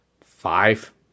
five